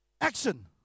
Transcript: Action